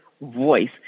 voice